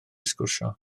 sgwrsio